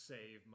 Save